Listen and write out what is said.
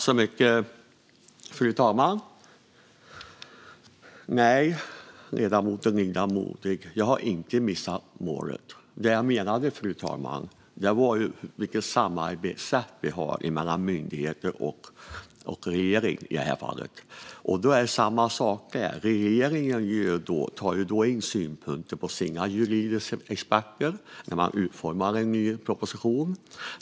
Fru talman! Nej, ledamoten Linda Modig, jag har inte missat målet. Det jag menade, fru talman, var vilket samarbetssätt vi har mellan myndigheter och regering i det här fallet. Det är samma sak där: Regeringen tar in synpunkter från sina juridiska experter när man utformar en ny proposition.